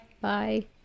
Bye